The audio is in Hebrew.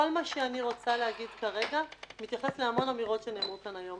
כל מה שאני רוצה להגיד כרגע מתייחס להמון אמירות שנאמרו כאן היום.